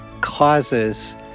causes